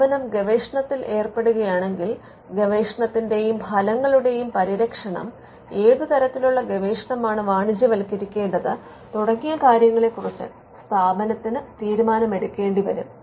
സ്ഥാപനം ഗവേഷണത്തിൽ ഏർപ്പെടുകയാണെങ്കിൽ ഗവേഷണത്തിന്റെയും ഫലങ്ങളുടെയും പരിരക്ഷണം ഏത് തരത്തിലുള്ള ഗവേഷണമാണ് വാണിജ്യവത്ക്കരിക്കേണ്ടത് തുടങ്ങിയ കാര്യങ്ങളെക്കുറിച്ച് സ്ഥാപനത്തിന് തീരുമാനം എടുക്കേണ്ടി വരും